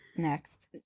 next